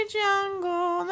jungle